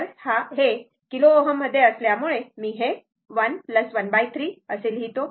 तर हे kilo ohm असल्यामुळे मी 1 ⅓ असे लिहितो